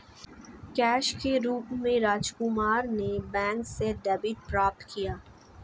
cash के रूप में राजकुमार ने बैंक से डेबिट प्राप्त किया